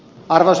paras